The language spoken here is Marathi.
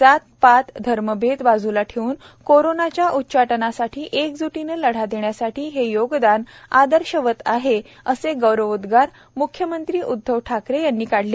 जात पात धर्म भेद बाजूला ठेवून कोरोनाच्या उच्चाटनासाठी एकजूटीने लढा देण्यासाठी हे योगदान आदर्शवत आहे असे गौरवोदगार मुख्यमंत्री उध्दव ठाकरे यांनी काढले